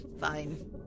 Fine